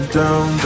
down